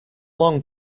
long